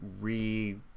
re